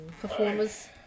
Performers